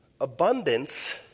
abundance